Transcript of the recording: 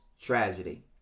tragedy